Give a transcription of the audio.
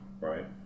right